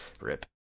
rip